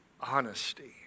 honesty